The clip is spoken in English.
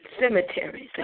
cemeteries